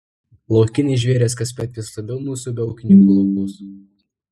laukiniai žvėrys kasmet vis labiau nusiaubia ūkininkų laukus